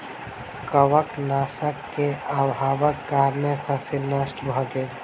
कवकनाशक के अभावक कारणें फसील नष्ट भअ गेल